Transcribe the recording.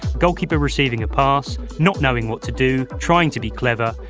goalkeeper receiving a pass, not knowing what to do, trying to be clever,